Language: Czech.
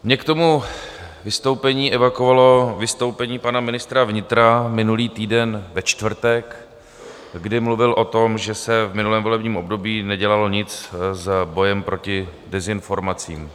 Mě k tomu vystoupení evakuovalo vystoupení pana ministra vnitra minulý týden ve čtvrtek, kdy mluvil o tom, že se v minulém volebním období nedělalo nic s bojem proti dezinformacím.